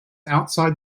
outside